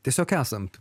tiesiog esant